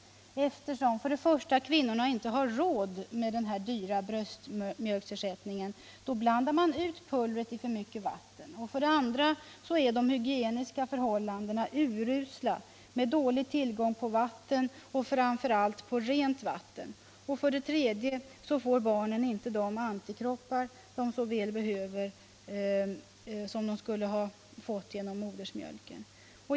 För det första har kvinnorna inte råd med den dyra bröstmjölksersättningen och blandar därför ut pulvret i för mycket vatten. För det andra är de hygieniska förhållandena urusla med dålig tillgång på vatten, framför allt på rent vatten. För det tredje får barnen inte de antikroppar som de så väl behöver och som de skulle ha fått genom modersmjölken.